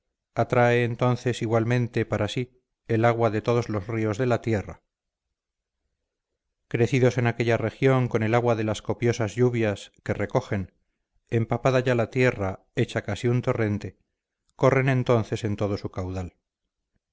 atrae entonces igualmente para sí el agua de todos los ríos de la tierra crecidos en aquella estación con el agua de las copiosas lluvias que recogen empapada ya la tierra hecha casi un torrente corren entonces en todo su caudal